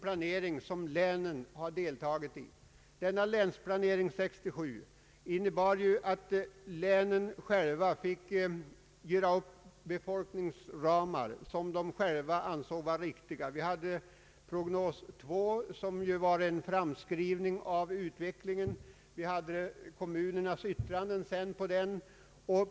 Länen som deltagit i Länsplanering 67 har själva fått göra upp de befolkningsramar som ansågs riktiga. Vi hade prognos 2 som var en framskrivning av utvecklingen, och vi hade kommunernas yttranden om den.